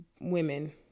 women